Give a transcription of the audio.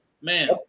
man